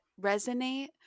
resonate